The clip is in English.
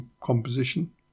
composition